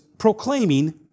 proclaiming